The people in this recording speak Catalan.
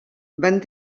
van